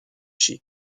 chez